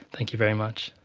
thank you very much.